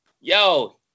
Yo